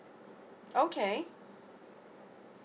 okay